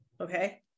okay